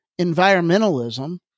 environmentalism